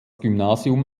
gymnasium